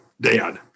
dad